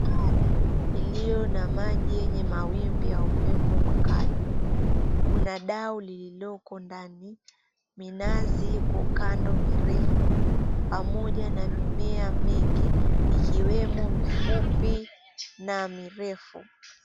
Bahari, iliyo na maji yenye mawimbi ya upepo mkali. Kuna dau lililoko ndani. Minazi iko kando mirefu, pamoja na mimea mengi ikiwemo mifupi na mirefu.